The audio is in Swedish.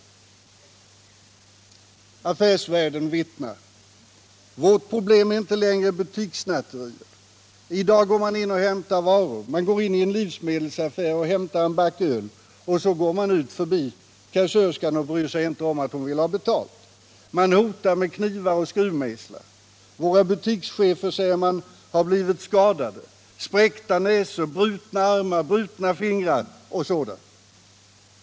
£ Affärsvärlden vittnar: Vårt problem är inte längre butikssnatteriet. I dag går man in och hämtar varor, man går in i en livsmedelsaffär och hämtar en back öl och går sedan ut förbi kassörskan och bryr sig inte om att hon vill ha betalt. Man hotar med knivar och skruvmejslar. Våra butikschefer, säger man, har blivit skadade — spräckta näsor, brutna armar, brutna fingrar och liknande.